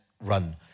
run